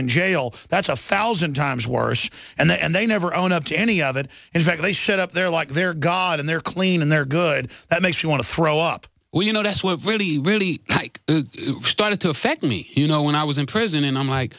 in jail that's a thousand times worse and they never own up to any of it in fact they shut up they're like they're god and they're clean and they're good that makes you want to throw up well you know that's what really really like started to affect me you know when i was in prison and i'm like